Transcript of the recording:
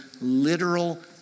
literal